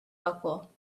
buckle